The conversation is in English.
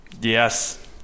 yes